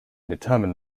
determine